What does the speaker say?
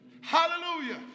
Hallelujah